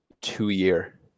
two-year